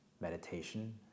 meditation